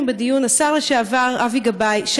השר לשעבר אבי גבאי,